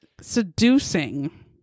seducing